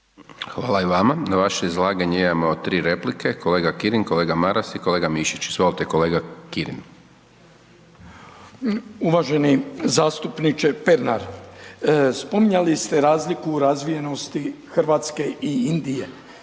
Hvala i vama. Na vaše izlaganje imamo 3 replike, kolega Kirin, kolega Maras i kolega Mišić, izvolite kolega Kirin. **Kirin, Ivan (HDZ)** Uvaženi zastupniče Pernar, spominjali ste razliku u razvijenosti RH i Indije,